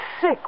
sick